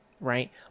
right